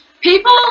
people